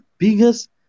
Biggest